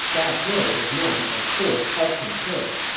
that hill is known as horse halting hill.